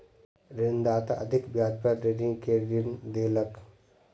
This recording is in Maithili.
ऋणदाता अधिक ब्याज पर ऋणी के ऋण देलक